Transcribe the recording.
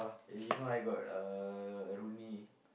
eh you know I got a Rooney